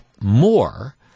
more